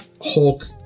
Hulk